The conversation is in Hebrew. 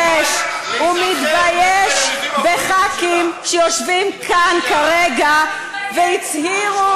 ומתבייש בחברי הכנסת שיושבים כאן כרגע והצהירו